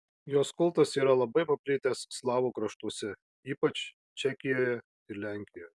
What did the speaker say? jos kultas yra labai paplitęs slavų kraštuose ypač čekijoje ir lenkijoje